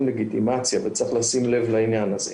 לגיטימציה וצריך לשים לב לעניין הזה.